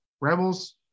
Rebels